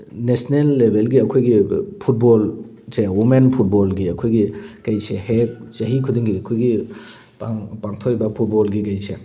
national ꯂꯦꯕꯦꯜꯒꯤ ꯑꯩꯈꯣꯏꯒꯤ ꯐꯨꯠꯕꯣꯜꯁꯦ ꯋꯨꯃꯦꯟ ꯐꯨꯠꯕꯣꯜꯒꯤ ꯑꯩꯈꯣꯏꯒꯤ ꯀꯩꯁꯦ ꯍꯦꯛ ꯍꯦꯛ ꯆꯍꯤ ꯈꯨꯗꯤꯡꯒꯤ ꯑꯩꯈꯣꯏꯒꯤ ꯄꯥꯡꯊꯣꯛꯏꯕ ꯐꯨꯠꯕꯣꯜꯒꯤ ꯀꯩꯁꯦ